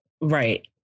Right